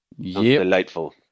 delightful